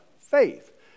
faith